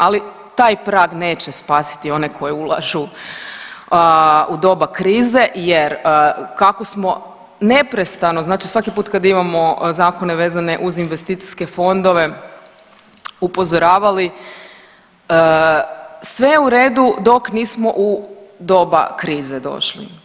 Ali taj prag neće spasiti one koji ulažu u doba krize jer kako smo neprestano, znači svaki puta kada imamo zakone vezane uz investicijske fondove upozoravali sve u redu dok nismo u doba krize došli.